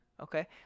Okay